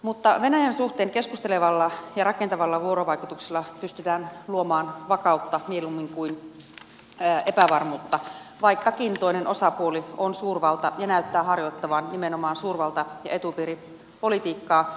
mutta venäjän suhteen keskustelevalla ja rakentavalla vuorovaikutuksella pystytään luomaan vakautta mieluummin kuin epävarmuutta vaikkakin toinen osapuoli on suurvalta ja näyttää harjoittavan nimenomaan suurvalta ja etupiiripolitiikkaa